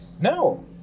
No